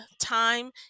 Time